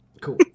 Cool